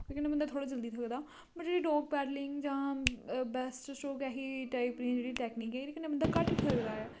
ओह्दे कन्नै बंदा थोह्ड़ा जल्दी थकदा बट जेह्ड़ी डाक पैर्लिंग जां बैस्ट स्ट्रोक ऐसी जेह्ड़ी टैकनीक ऐ इदे कन्नै बंदा घट्ट थकदा ऐ